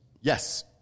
Yes